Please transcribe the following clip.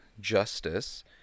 justice